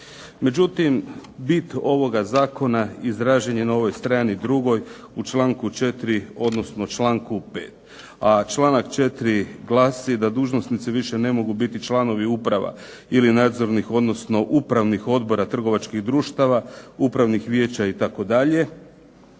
Međutim, bit ovoga Zakona izražen je na ovoj strani 2. u članku 4. odnosno članku 5. a članak 4. glasi, da dužnosnici više ne mogu biti članovi uprava ili upravnih odbora trgovačkih društava, upravnih vijeća itd.,